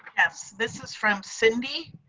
yes. this is from cindy.